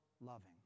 loving